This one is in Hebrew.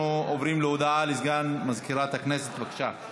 אנחנו עוברים להודעה לסגן מזכירת הכנסת, בבקשה.